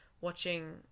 watching